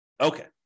Okay